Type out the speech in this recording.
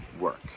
work